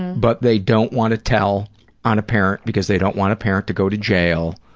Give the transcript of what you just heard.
but they don't wanna tell on a parent because they don't want a parent to go to jail